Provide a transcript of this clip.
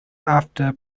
after